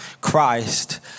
Christ